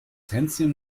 hänschen